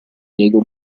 diego